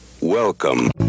welcome